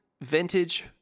vintage